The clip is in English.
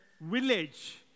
village